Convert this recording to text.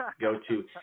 go-to